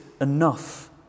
enough